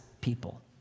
people